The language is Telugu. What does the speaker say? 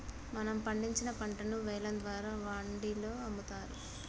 మనం పండించిన పంటను వేలం ద్వారా వాండిలో అమ్ముతారు